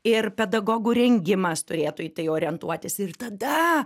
ir pedagogų rengimas turėtų į tai orientuotis ir tada